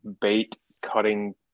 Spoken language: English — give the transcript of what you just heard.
bait-cutting